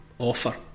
offer